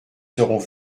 seront